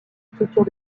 structure